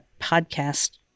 podcast